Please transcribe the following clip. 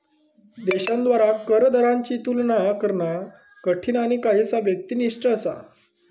देशांद्वारा कर दरांची तुलना करणा कठीण आणि काहीसा व्यक्तिनिष्ठ असा